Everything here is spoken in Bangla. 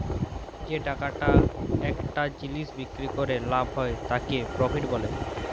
যে টাকাটা একটা জিলিস বিক্রি ক্যরে লাভ হ্যয় তাকে প্রফিট ব্যলে